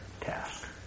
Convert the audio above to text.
task